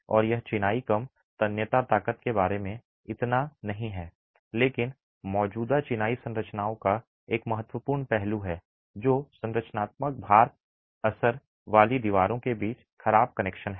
और यह चिनाई कम तन्यता ताकत के बारे में इतना नहीं है लेकिन मौजूदा चिनाई संरचनाओं का एक महत्वपूर्ण पहलू है जो संरचनात्मक भार असर वाली दीवारों के बीच खराब कनेक्शन है